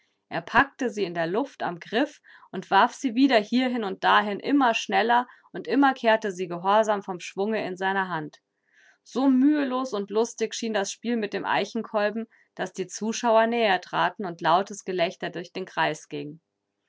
er packte sie in der luft am griff und warf sie wieder hierhin und dahin immer schneller und immer kehrte sie gehorsam vom schwunge in seine hand so mühelos und lustig schien das spiel mit dem eichenkolben daß die zuschauer näher traten und lautes gelächter durch den kreis ging